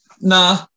Nah